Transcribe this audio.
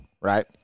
right